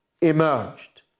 emerged